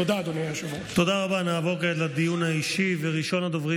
תודה, אדוני היושב-ראש.